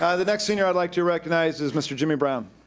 kind of the next senior i'd like to recognize is mr. jimmy brown.